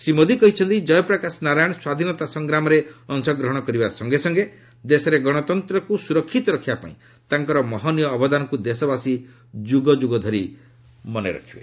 ଶ୍ରୀ ମୋଦି କହିଛନ୍ତି କୟପ୍ରକାଶ ନାରାୟଣ ସ୍ୱାଧୀନତା ସଂଗ୍ରାମରେ ଅଂଶଗ୍ରହଣ କରିବା ସଙ୍ଗେ ସଙ୍ଗେ ଦେଶରେ ଗଣତନ୍ତ୍ରକୁ ସୁରକ୍ଷିତ ରଖିବା ପାଇଁ ତାଙ୍କର ମହନୀୟ ଅବଦାନକୁ ଦେଶବାସୀ ଯୁଗ ଯୁଗ ଧରି ମନେରଖିବେ